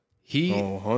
He-